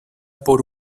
por